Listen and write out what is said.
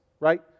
right